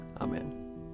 Amen